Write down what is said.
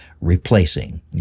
replacing